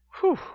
whew